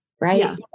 right